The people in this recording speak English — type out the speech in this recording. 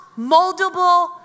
moldable